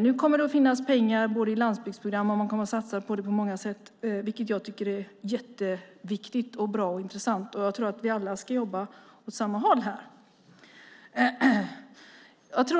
Nu kommer det att finnas pengar i landsbygdsprogram, och man kommer att satsa på detta på många sätt, vilket jag tycker är jätteviktigt, bra och intressant. Jag tror att vi alla ska jobba åt samma håll här.